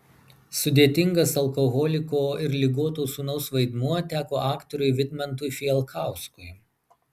sudėtingas alkoholiko ir ligoto sūnaus vaidmuo teko aktoriui vidmantui fijalkauskui